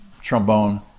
trombone